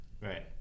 right